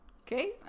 okay